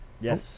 Yes